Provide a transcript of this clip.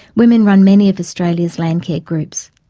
women run many of australia's landcare groups.